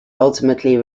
ultimately